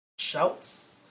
Shouts